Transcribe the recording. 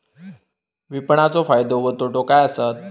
विपणाचो फायदो व तोटो काय आसत?